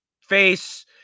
face